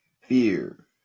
fear